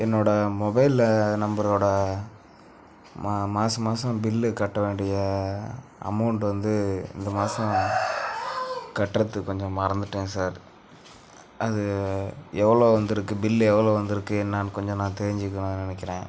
என்னோடய மொபைலில் நம்பரோடய ம மாதம் மாதம் பில்லு கட்ட வேண்டிய அமௌன்ட் வந்து இந்த மாதம் கட்டுறத்துக்கு கொஞ்சம் மறந்துவிட்டேன் சார் அது எவ்வளோ வந்திருக்கு பில்லு எவ்வளோ வந்துருக்குது என்னென்னு கொஞ்சம் நான் தெரிஞ்சுக்கணும் நினைக்கிறேன்